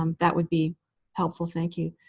um that would be helpful. thank you.